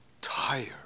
Tired